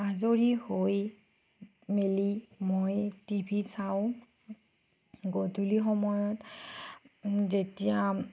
আজৰি হৈ মেলি মই টি ভি চাওঁ গধূলি সময়ত যেতিয়া